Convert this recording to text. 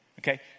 Okay